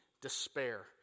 despair